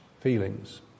feelings